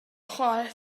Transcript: chwaer